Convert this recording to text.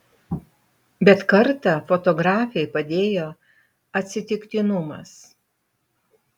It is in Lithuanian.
bet kartą fotografei padėjo atsitiktinumas